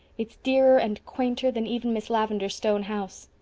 it's dearer and quainter than even miss lavendar's stone house.